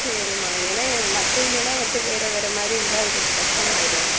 சரிமா ஏனால் என் மற்றதுலலா வண்ட்டு வேறு வேறு மாரி இருந்தால் அது கொஞ்சம் கஷ்டமாக ஆகிடும்